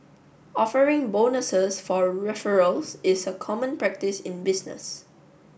offering bonuses for referrals is a common practice in business